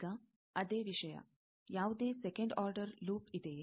ಈಗ ಅದೇ ವಿಷಯ ಯಾವುದೇ ಸೆಕಂಡ್ ಆರ್ಡರ್ ಲೂಪ್ ಇದೆಯೇ